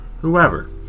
whoever